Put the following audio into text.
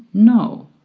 no.